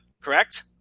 correct